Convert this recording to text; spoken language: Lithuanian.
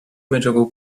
medžiagų